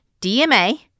dma